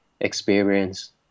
experience